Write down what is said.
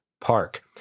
park